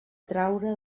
traure